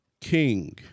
king